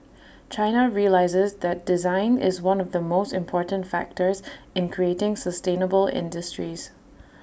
China realises that design is one of the most important factors in creating sustainable industries